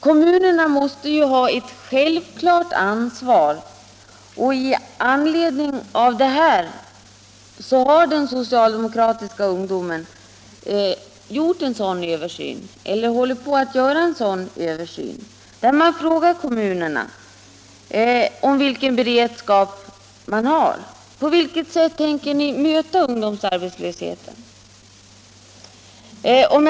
Kommunerna har här ett självklart ansvar, och den socialdemokratiska ungdomen håller också på med att göra en sådan översyn genom att fråga kommunerna vilken beredskap de har för att möta ungdomsarbetslösheten.